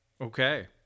Okay